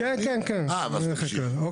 הכול.